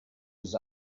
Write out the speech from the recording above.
his